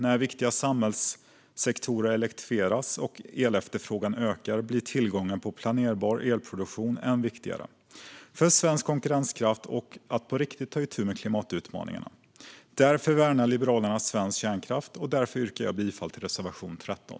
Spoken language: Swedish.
När viktiga samhällssektorer elektrifieras och elefterfrågan ökar blir tillgången på planerbar elproduktion än viktigare för svensk konkurrenskraft och för att på riktigt ta itu med klimatutmaningarna. Därför värnar Liberalerna svensk kärnkraft, och därför yrkar jag bifall till reservation 13.